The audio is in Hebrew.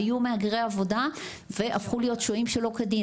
היו מהגרי עבודה והפכו להיות שוהים שלא כדין,